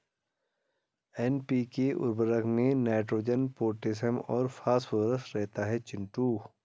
NPK उर्वरक में nitrogen potassium और फास्फोरस रहता है चिंटू